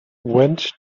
went